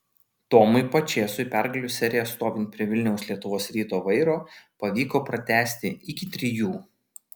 tomui pačėsui pergalių seriją stovint prie vilniaus lietuvos ryto vairo pavyko pratęsti iki trijų